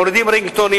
מורידים רינגטונים,